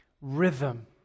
rhythm